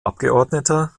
abgeordneter